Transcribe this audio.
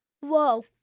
Whoa